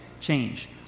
change